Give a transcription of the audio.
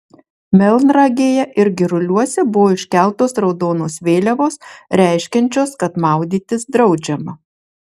melnragėje ir giruliuose buvo iškeltos raudonos vėliavos reiškiančios kad maudytis draudžiama